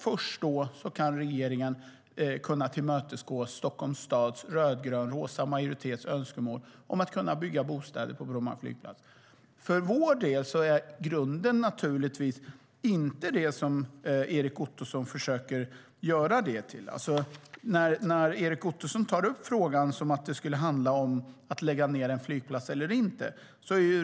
Först då kan regeringen tillmötesgå Stockholms stads rödgrönrosa majoritets önskemål om att bygga bostäder på Bromma flygplats. Erik Ottoson tar upp frågan som om den skulle handla om att lägga ned en flygplats eller inte.